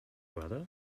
brother